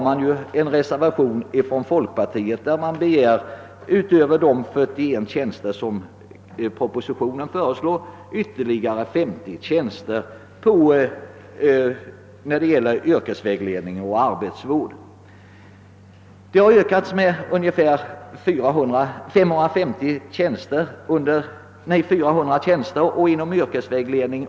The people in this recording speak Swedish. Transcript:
I en reservation från folkpartiet begärs utöver de 41 tjänster som föreslås i propositionen ytterligare 50 tjänster för yrkesvägledning och arbetsvård. Under de senaste tre åren har antalet tjänster inom detta avsnitt ökat med 400.